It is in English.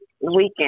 weekend